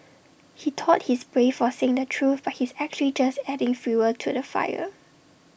he thought he's brave for saying the truth but he's actually just adding fuel to the fire